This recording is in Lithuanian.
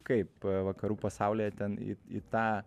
kaip vakarų pasaulyje ten į į tą